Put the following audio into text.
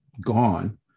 gone